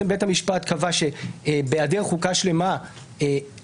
בית המשפט קבע שבהיעדר חוקה שלמה אי